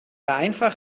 einfach